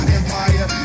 Empire